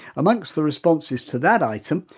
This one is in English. among the responses to that item,